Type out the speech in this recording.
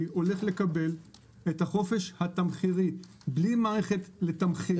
הולך לקבל את החופש התמחירי בלי מערכת לתמחר.